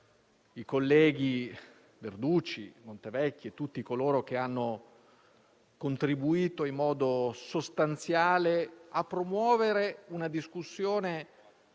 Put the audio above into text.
i colleghi Verducci e Montevecchi e tutti coloro che hanno contribuito in modo sostanziale a promuovere una discussione